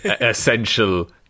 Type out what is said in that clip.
essential